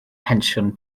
pensiwn